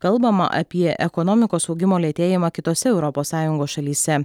kalbama apie ekonomikos augimo lėtėjimą kitose europos sąjungos šalyse